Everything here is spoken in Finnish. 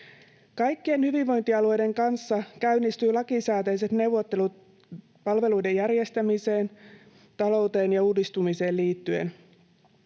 Kaikkien hyvinvointialueiden kanssa käynnistyvät lakisääteiset neuvottelut palveluiden järjestämiseen, talouteen ja uudistumiseen liittyen.